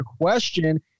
question